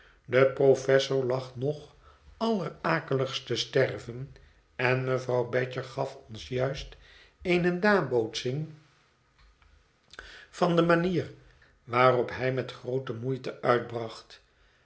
de professor lag nog allerakeligst te sterven en mevrouw badger gaf ons juist eene nabootsing van de manier waarop hij met groote moeite uitbracht